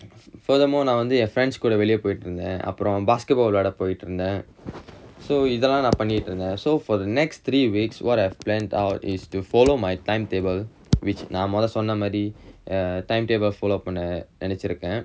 furthermore நா வந்து என்:naa vanthu en friends கூட வெளிய போயிட்டுருந்தேன் அப்புறம்:kooda veliya poyiturunthaen appuram basketball விளையாட போயிருந்தேன்:vilaiyaada poyirunthaen so இதெல்லாம் நா பண்ணிட்டுருந்தேன்:ithellaam naa pannitturunthaen so for the next three weeks what I have planned out is to follow my timetable which நா மொத சொன்னமாரி:naa modha sonnamaari timetable பண்ண நினைச்சுருக்கேன்:panna ninaichurukkaen